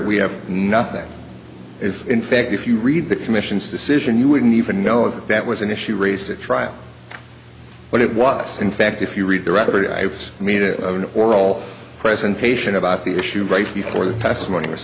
we have nothing if in fact if you read the commission's decision you wouldn't even know if that was an issue raised at trial but it was in fact if you read the record i made a oral presentation about the issue right before the testimony